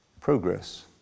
progress